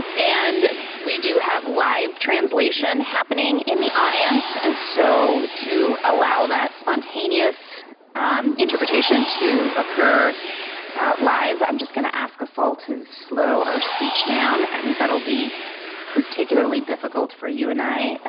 and we do have live translation happening in the audience, and so to allow that spontaneous interpretation to occur live i'm just going to ask us all to slow our speech down. i think that'll be particularly difficult for you and i.